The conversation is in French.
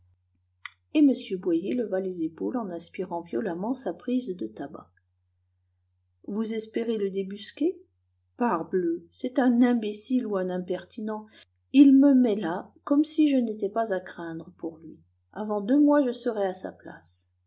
et m boyer leva les épaules en aspirant violemment sa prise de tabac vous espérez le débusquer parbleu c'est un imbécile ou un impertinent il me met là comme si je n'étais pas à craindre pour lui avant deux mois je serai à sa place